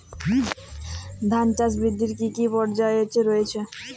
ধান চাষ বৃদ্ধির কী কী পর্যায় রয়েছে?